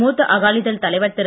மூத்த அகாலிதள் தலைவர் திரு